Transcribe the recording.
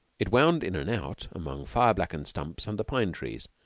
it wound in and out among fire-blackened stumps under pine-trees,